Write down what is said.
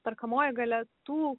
perkamoji galia tų